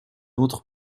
autre